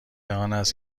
آنست